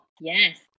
Yes